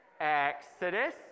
Exodus